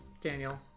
Daniel